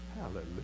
Hallelujah